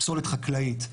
פסולת חקלאית,